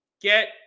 get